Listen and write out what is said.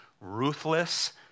ruthless